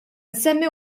nsemmi